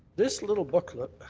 this little booklet,